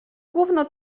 gówno